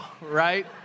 right